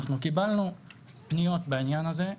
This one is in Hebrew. אנחנו קיבלנו פניות בעניין הזה.